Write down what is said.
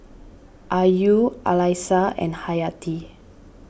Ayu Alyssa and Hayati